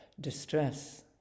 distress